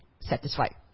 satisfied